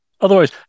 otherwise